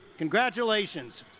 congratulations!